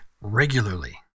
regularly